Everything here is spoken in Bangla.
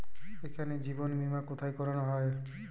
এখানে জীবন বীমা কোথায় করানো হয়?